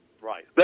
Right